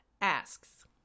asks